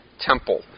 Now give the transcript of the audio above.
temple